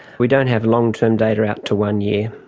we don't have long-term data out to one year.